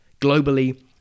Globally